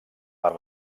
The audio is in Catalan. per